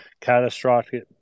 catastrophic